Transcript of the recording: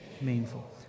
meaningful